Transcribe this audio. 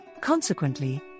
Consequently